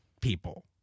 people